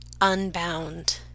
unbound